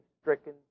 stricken